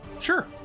sure